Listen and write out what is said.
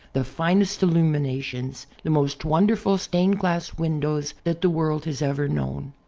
the finest illuminations, the most wonderful stained-glass windows that the world has ever known.